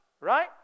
Right